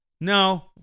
No